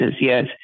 yes